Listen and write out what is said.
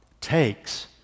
takes